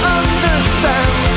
understand